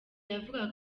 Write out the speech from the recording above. yavugaga